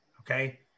Okay